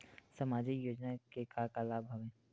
सामाजिक योजना के का का लाभ हवय?